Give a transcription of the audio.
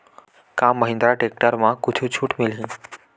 का महिंद्रा टेक्टर म कुछु छुट मिलही?